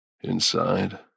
Inside